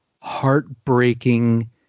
heartbreaking